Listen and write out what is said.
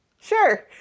Sure